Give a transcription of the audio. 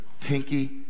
Pinky